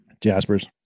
jaspers